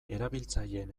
erabiltzaileen